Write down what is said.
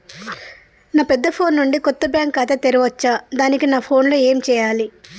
నా పెద్ద ఫోన్ నుండి కొత్త బ్యాంక్ ఖాతా తెరవచ్చా? దానికి నా ఫోన్ లో ఏం చేయాలి?